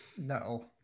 no